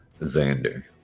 Xander